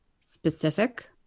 specific